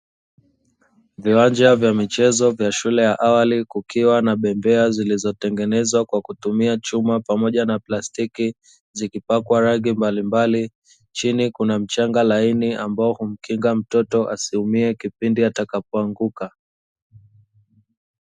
Viwanja vya michezo vya shule ya awali, kukiwa na bembea zilizotengenezwa kwa kutumia chuma pamoja na plastiki; zikipakwa rangi mbalimbali, chini kuna mchanga laini ambao humkinga mtoto asiumie kipindi atakapoanguka.